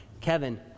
Kevin